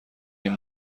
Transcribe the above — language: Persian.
این